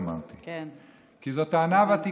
אמרתי שאני שואל את זה רטורית, כי זו טענה ותיקה.